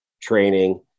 training